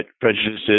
prejudices